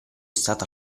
stato